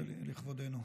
לכבודנו.